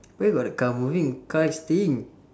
where got the car moving the car is still